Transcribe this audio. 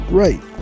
right